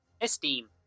Esteem